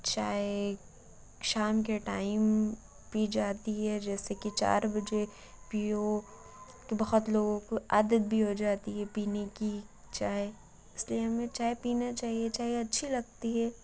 چائے شام کے ٹائم پی جاتی ہے جیسے کہ چار بجے پیو تو بہت لوگوں کو عادت بھی ہو جاتی ہے پینے کی چائے اس لیے ہمیں چائے پینا چاہیے چائے اچھی لگتی ہے